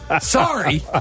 Sorry